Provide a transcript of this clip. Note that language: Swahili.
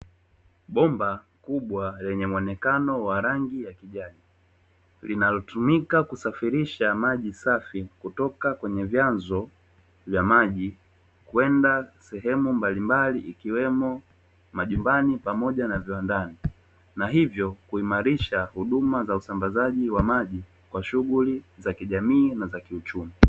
Bomba kubwa lenye muonekano wa rangi ya kijani, linalotumika kusafirisha maji safi kutoka kwenye vyanzo vya maji kwenda sehemu mbalimbali; ikiwemo majumbani pamoja na viwandani. Na hivyo kuimarisha huduma za usambazaji wa maji kwa shughuli za kijamii na za kiuchumi.